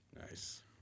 Nice